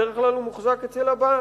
בדרך כלל הוא מוחזק אצל הבעל